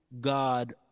God